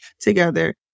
together